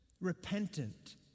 repentant